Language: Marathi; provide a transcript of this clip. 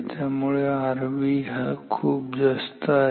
त्यामुळे Rv हा खूप जास्त आहे